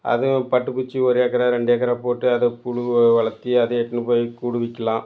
அதுவும் பட்டுப் பூச்சி ஒரு ஏக்கரா ரெண்டு ஏக்கரா போட்டு அதை புழுவ வளர்த்தி அதை எடுத்துன்னு போய் கூடு விற்கலாம்